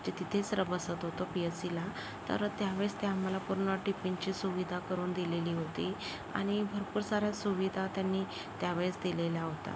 जे तिथेच र बसत होतो पी एच सीला तर त्यावेळेस ते आम्हाला पूर्ण टिफिनची सुविधा करून दिलेली होती आणि भरपूर साऱ्या सुविधा त्यांनी त्यावेळेस दिलेल्या होता